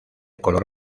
color